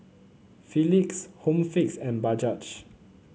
Philips Home Fix and Bajaj